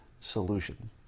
solution